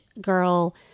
girl